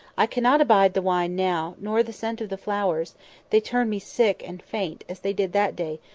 i cannot abide the wine now, nor the scent of the flowers they turn me sick and faint, as they did that day,